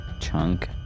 Chunk